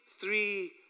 three